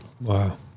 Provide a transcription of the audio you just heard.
Wow